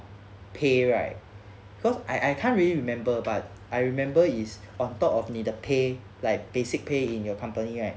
pay right cause I I can't really remember but I remember is on top of 你的 pay like basic pay in your company right